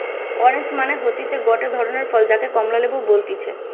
orange মানে হতিছে গটে ধরণের ফল যাকে কমলা লেবু বলতিছে